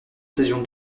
saison